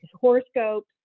horoscopes